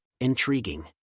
Intriguing